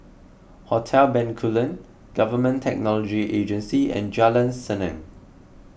Hotel Bencoolen Government Technology Agency and Jalan Senang